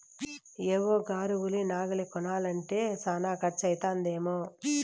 AO గారు ఉలి నాగలి కొనాలంటే శానా కర్సు అయితదేమో